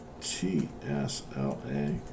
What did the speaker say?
t-s-l-a